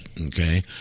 Okay